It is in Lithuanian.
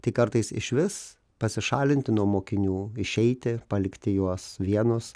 tai kartais išvis pasišalinti nuo mokinių išeiti palikti juos vienus